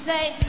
Say